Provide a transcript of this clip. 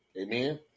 Amen